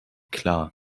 klar